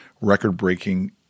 record-breaking